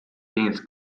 gains